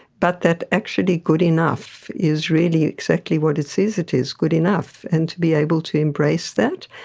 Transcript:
but that actually good enough is really exactly what it says it is, good enough, and to be able to embrace that.